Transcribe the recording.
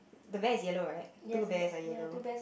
the bear is yellow right two bears are yellow